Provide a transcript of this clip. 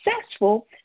successful